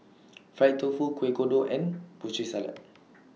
Fried Tofu Kueh Kodok and Putri Salad